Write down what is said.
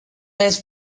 ice